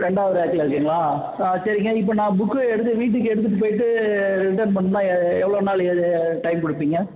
ரெண்டாவது ரேக்கில் இருக்குதுங்களா சரிங்க இப்போ நான் புக்கு எடுத்து வீட்டுக்கு எடுத்துகிட்டு போயிட்டு ரிட்டன் பண்ணணுன்னா எவ்வளோ நாள் இது டைம் கொடுப்பீங்க